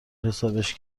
حسابش